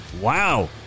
Wow